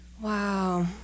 Wow